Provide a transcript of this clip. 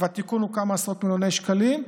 והתיקון הוא כמה עשרות מיליוני שקלים,